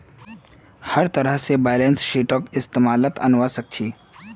हर तरह से बैलेंस शीटक इस्तेमालत अनवा सक छी